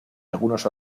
algunos